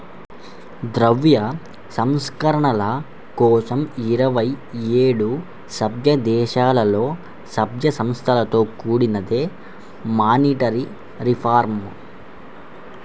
ద్రవ్య సంస్కరణల కోసం ఇరవై ఏడు సభ్యదేశాలలో, సభ్య సంస్థలతో కూడినదే మానిటరీ రిఫార్మ్